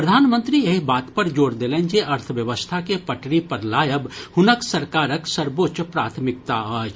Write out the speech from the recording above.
प्रधानमंत्री एहि बात पर जोर देलनि जे अर्थव्यवस्था के पटरी पर लायब हुनक सरकारक सर्वोच्च प्रथमिकता अछि